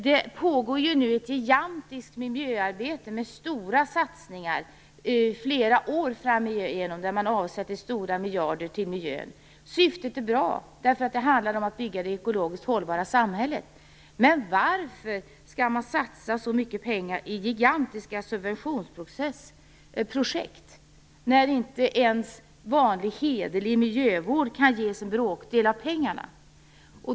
Det pågår nu ett gigantiskt miljöarbete, med stora satsningar under flera år framöver. Man avsätter många miljarder för miljön. Syftet är bra. Det handlar om att bygga det ekologiskt hållbara samhället. Men varför skall man satsa så mycket pengar i gigantiska subventionsprojekt, när inte ens vanlig hederlig miljövård kan ges en bråkdel av pengarna?